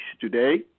today